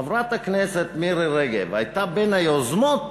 חברת הכנסת מירי רגב הייתה בין היוזמות